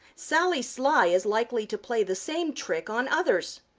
sally sly is likely to play the same trick on others.